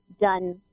done